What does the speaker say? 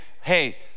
hey